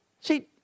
See